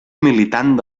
militant